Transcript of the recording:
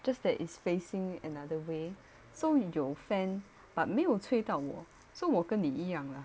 just that it's facing another way so 有 fan but 没有吹到我 so 我跟你一样 lah